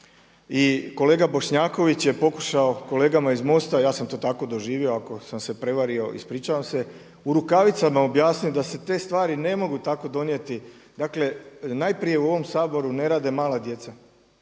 i kolega Bošnjaković je pokušao, kolegama iz MOST-a, ja sam to tako doživio, ako sam se prevario, ispričavam se, u rukavicama objasniti da se te stvari ne mogu tako donijeti. Dakle najprije u ovom Saboru ne rade mala djeca.